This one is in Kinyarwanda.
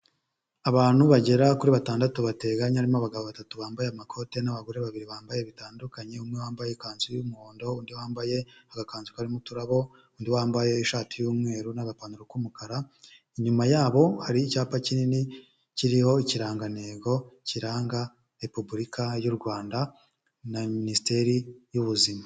Abantu bagera kuri batandatu bateganye harimo abagabo batatu bambaye amakote, n'abagore babiri bambaye bitandukanye, umwe wa bambaye ikanzu y'umuhondo, undi wambaye agakanzu karimo uturabo, undi wambaye ishati y'umweru n'agapantaro k'umukara, inyuma yabo hari icyapa kinini kiriho ikirangantego kiranga repubulika y'u Rwanda na minisiteri y'ubuzima.